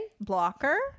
blocker